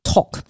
Talk，